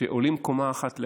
שעולים קומה אחת למעלה,